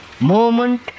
moment